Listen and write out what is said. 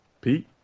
Pete